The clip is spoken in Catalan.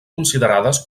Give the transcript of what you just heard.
considerades